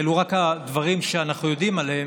ואלו רק הדברים שאנחנו יודעים עליהם,